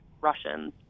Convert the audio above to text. Russians